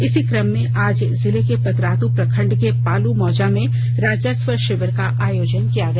इसी क्रम में आज जिले के पतरातू प्रखंड के पालू मौजा में राजस्व शिविर का आयोजन किया गया